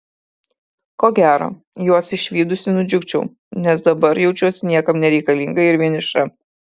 ko gero juos išvydusi nudžiugčiau nes dabar jaučiuosi niekam nereikalinga ir vieniša